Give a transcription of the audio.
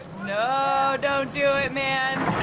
no. don't do it, man.